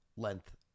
length